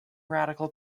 radical